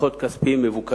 דוחות כספיים מבוקרים.